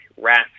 rats